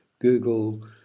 Google